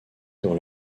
dans